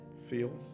feel